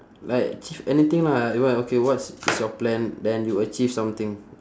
like achieve anything lah you want okay what's is your plan then you achieve something